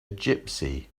gypsy